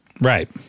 right